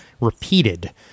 repeated